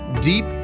deep